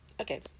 okay